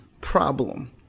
problem